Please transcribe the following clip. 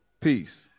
peace